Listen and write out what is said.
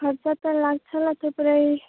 खर्च त लाग्छ होला थुप्रै